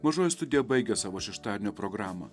mažoji studija baigia savo šeštadienio programą